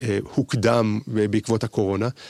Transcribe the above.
הוקדם בעקבות הקורונה.